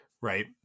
Right